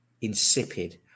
insipid